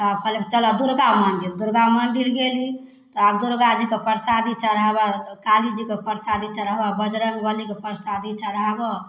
तब कहलक चलऽ दुर्गा मन्दिर दुर्गा मन्दिर गेली तऽ आब दुर्गाजीके परसादी चढ़ाबऽ कालीजीके परसादी चढ़ाबऽ बजरङ्गबलीके परसादी चढ़ाबऽ